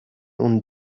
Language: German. und